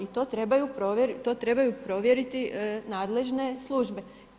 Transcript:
I to trebaju provjeriti nadležne službe.